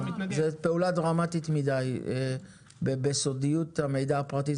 זאת פעולה דרמטית מדי בסודיות המידע הפרטי.